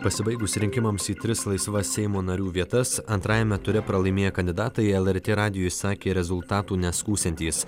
pasibaigus rinkimams į tris laisvas seimo narių vietas antrajame ture pralaimėję kandidatai lrt radijui sakė rezultatų neskųsiantys